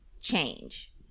change